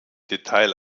detail